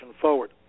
forward